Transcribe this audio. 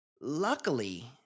Luckily